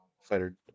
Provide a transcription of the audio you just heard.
fighter